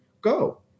go